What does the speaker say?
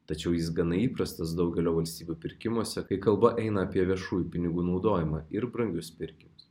tačiau jis gana įprastas daugelio valstybių pirkimuose kai kalba eina apie viešųjų pinigų naudojimą ir brangius pirkinius